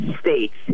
states